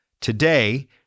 Today